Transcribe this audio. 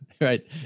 right